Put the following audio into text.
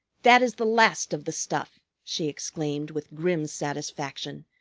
that is the last of the stuff, she exclaimed with grim satisfaction,